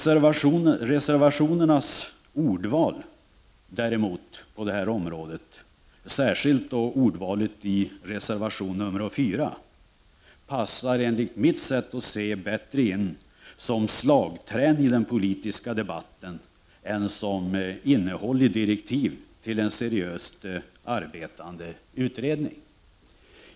Ordvalet i reservationerna på denna punkt, särskilt i reservation 4, passar enligt mitt sätt att se bättre som slagträ i den politiska debatten än som innehåll i direktiv till en seriöst arbetande utredning.